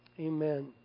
amen